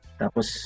tapos